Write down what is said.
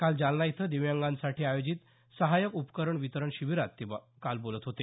काल जालना इथं दिव्यांगांसाठी आयोजित सहायक उपकरण वितरण शिबिरात ते काल बोलत होते